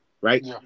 right